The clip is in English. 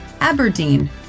Aberdeen